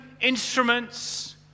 instruments